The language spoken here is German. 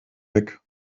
weg